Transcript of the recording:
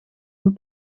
een